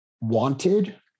wanted